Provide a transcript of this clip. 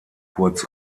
kurz